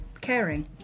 caring